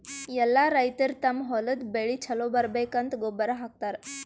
ಎಲ್ಲಾ ರೈತರ್ ತಮ್ಮ್ ಹೊಲದ್ ಬೆಳಿ ಛಲೋ ಬರ್ಬೇಕಂತ್ ಗೊಬ್ಬರ್ ಹಾಕತರ್